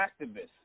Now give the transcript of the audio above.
activists